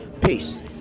Peace